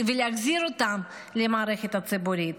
ולהחזיר אותם למערכת הציבורית,